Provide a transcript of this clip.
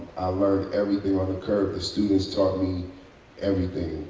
learned everything on the curve. the students taught me everything.